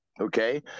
Okay